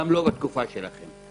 גם לא בתקופה שלכם.